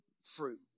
fruit